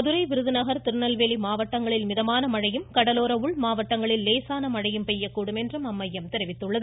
மதுரை விருதுநகர் திருநெல்வேலி மாவட்டங்களில் மிதமான மழையும் கடலோர உள் மாவட்டங்களில் லேசான மழையும் பெய்யக் கூடும் என்றும் அம்மையம் தெரிவித்துள்ளது